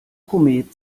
komet